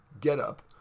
get-up